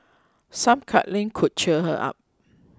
some cuddling could cheer her up